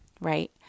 right